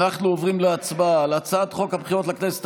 אנחנו עוברים להצבעה על הצעת חוק הבחירות לכנסת